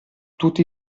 tutti